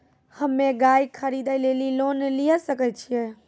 हम्मे गाय खरीदे लेली लोन लिये सकय छियै?